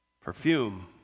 perfume